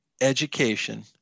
education